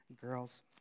girls